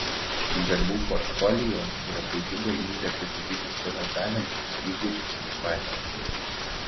darbų portfolio yra puiki galimybė pristatyti savo talentus įgūdžius ir patirtį